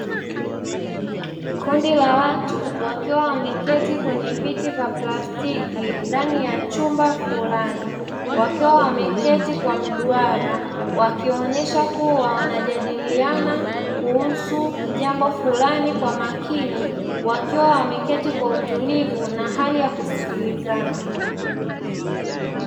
Kundi la watu wakiwa wameketi kwenye viti vya plastiki ndani ya chumba fulani, wakiwa wameketi kwa mduara wakionyesha kuwa wanajadiliana kuhusu jambo fulani kwa makini, wakiwa wameketi kwa utulivu na hali ya kusikilizana.